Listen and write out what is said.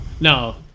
No